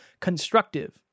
Constructive